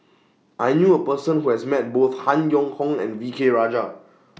I knew A Person Who has Met Both Han Yong Hong and V K Rajah